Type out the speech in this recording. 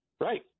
Right